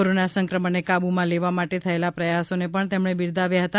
corona સંક્રમણ ને કાબ્ માં લેવા માટે થયેલા પ્રયાસો ને પણ તેમણે બિરદાવયા હતા